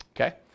Okay